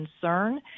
concern